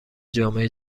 جامعه